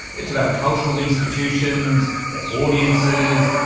it's about cultural institutions, their audiences,